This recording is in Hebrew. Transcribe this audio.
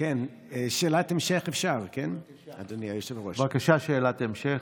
אפשר שאלת המשך,